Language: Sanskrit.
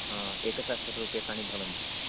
एकसहस्ररूप्यकाणि भवन्ति